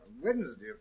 Wednesday